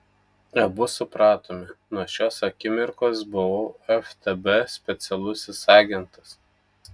abu supratome nuo šios akimirkos buvau ftb specialusis agentas